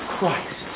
Christ